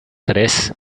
tres